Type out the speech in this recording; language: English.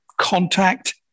contact